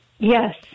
Yes